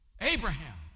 Abraham